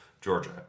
Georgia